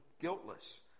guiltless